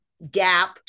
gap